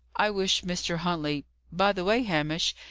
i wish mr. huntley by the way, hamish,